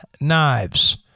knives